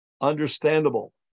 understandable